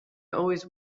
always